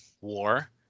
war